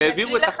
אדוני.